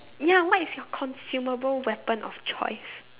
ya what is your consumable weapon of choice